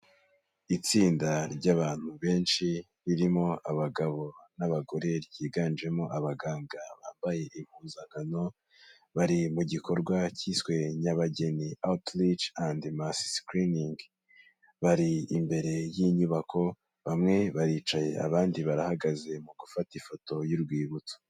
Itsinda ry'abantu benshi ririmo abagabo n'abagore, ryiganjemo abaganga bambaye impuzankano, bari mu gikorwa kiswe Nyabageni outreach and mass screening, bari imbere y'inyubako, bamwe baricaye abandi barahagaze mu gufata ifoto y'urwibutso.